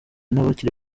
n’abakiri